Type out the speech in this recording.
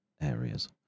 areas